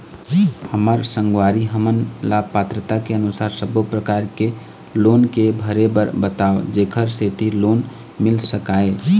हमर संगवारी हमन ला पात्रता के अनुसार सब्बो प्रकार के लोन के भरे बर बताव जेकर सेंथी लोन मिल सकाए?